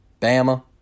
Bama